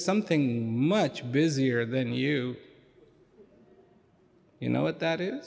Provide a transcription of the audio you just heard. something much busier than you you know what that is